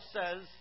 says